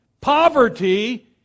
Poverty